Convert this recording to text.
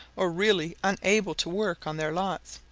or really unable to work on their lots,